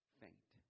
faint